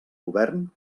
govern